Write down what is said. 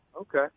Okay